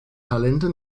talente